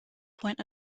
point